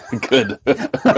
Good